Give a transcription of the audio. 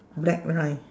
black line